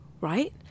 right